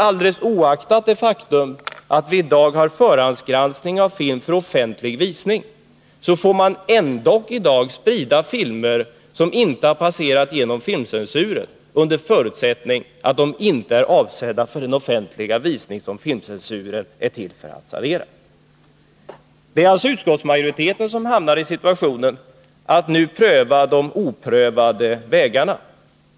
Alldeles oaktat det faktum att vi i dag har förhandsgranskning av film för offentlig visning, får man ändock sprida filmer som inte passerat igenom filmcensuren, under förutsättning att de inte är avsedda för den offentliga visning som filmcensuren är till för att sanera. Det är utskottet som hamnar i situationen att nu pröva de oprövade vägarna.